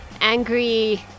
angry